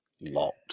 Lot